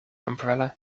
umbrella